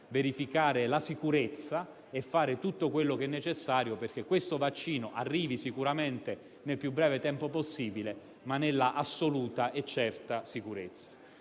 verificare la sicurezza e fare tutto quello che è necessario perché il vaccino arrivi certamente nel più breve tempo possibile, ma nell'assoluta sicurezza.